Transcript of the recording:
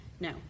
No